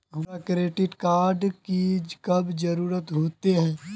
हमरा credit card की कब जरूरत होते?